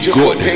good